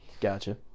Gotcha